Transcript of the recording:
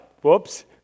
whoops